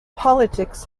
politics